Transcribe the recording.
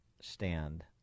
stand